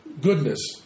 goodness